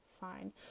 fine